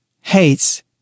hates